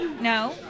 no